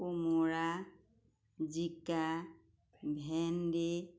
কোমোৰা জিকা ভেন্দি